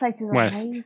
west